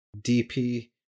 DP